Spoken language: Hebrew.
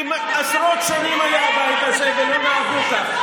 כי עשרות שנים היה הבית הזה ולא נהגו כך.